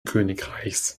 königreichs